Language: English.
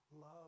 love